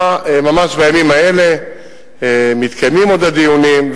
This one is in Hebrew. ממש בימים האלה מתקיימים עוד הדיונים,